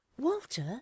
Walter